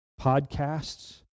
podcasts